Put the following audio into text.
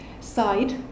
side